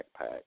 backpack